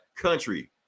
Country